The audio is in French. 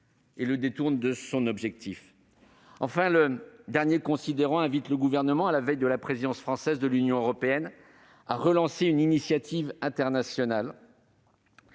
et le détourne de son objectif. Enfin, le dernier considérant invite le Gouvernement, à la veille de la présidence française du Conseil de l'Union européenne, à relancer une initiative internationale.